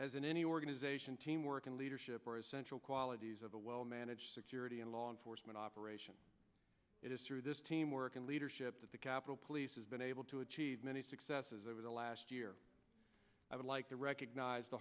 as in any organization teamwork and leadership are essential qualities of a well managed security and law enforcement operation it is through this teamwork and leadership that the capitol police has been able to achieve many successes over the last year i would like to recognize the